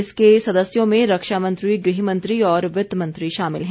इसके सदस्यों में रक्षा मंत्री गृह मंत्री और वित्त मंत्री शामिल हैं